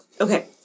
Okay